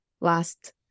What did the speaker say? last